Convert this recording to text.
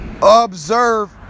Observe